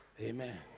Amen